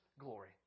glory